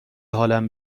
حالم